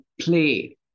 play